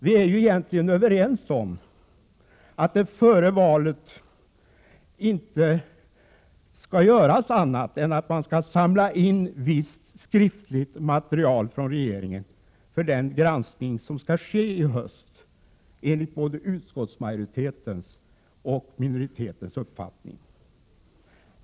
Vi är ju egentligen överens om att det före valet inte skall göras annat än att samla visst skriftligt material från regeringen för den granskning som skall ske i höst enligt både utskottsmajoritetens och minoritetens uppfattning.